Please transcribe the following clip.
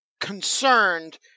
concerned